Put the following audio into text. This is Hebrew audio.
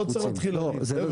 לא צריך להתחיל לריב,